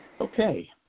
Okay